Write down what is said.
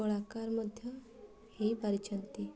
କଳାକାର ମଧ୍ୟ ହେଇପାରିଛନ୍ତି